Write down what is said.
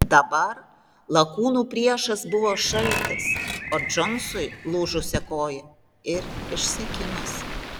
dabar lakūnų priešas buvo šaltis o džonsui lūžusia koja ir išsekimas